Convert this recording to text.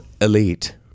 Elite